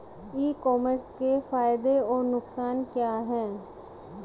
ई commerce के फायदे और नुकसान क्या हैं?